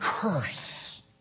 curse